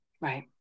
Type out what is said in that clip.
Right